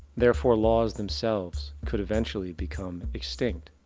therefore laws themselves could eventually become extinct.